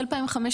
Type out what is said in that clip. נכון.